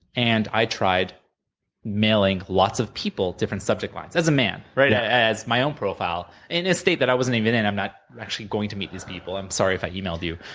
and i tried mailing lots of people different subject lines, as a man. right? as my own profile, in a state that i wasn't even in. i'm not actually going to meet these people. i'm sorry if i emailed you,